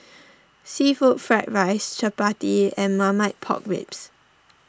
Seafood Fried Rice Chappati and Marmite Pork Ribs